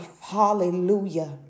hallelujah